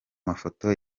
mafoto